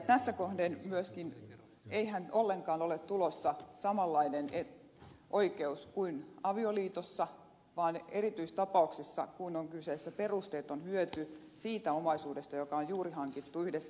tässä kohtaa ei ollenkaan ole tulossa samanlaista oikeutta kuin avioliitossa vaan erityistapauksissa kun on kyseessä perusteeton hyöty siitä omaisuudesta joka on juuri hankittu yhdessä eläessä